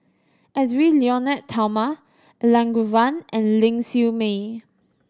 Edwy Lyonet Talma Elangovan and Ling Siew May